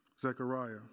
Zechariah